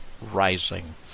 Rising